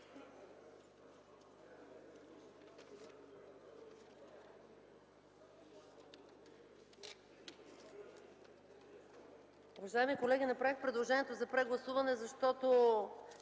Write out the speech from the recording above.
Уважаеми колеги, направих предложението за прегласуване, защото